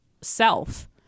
self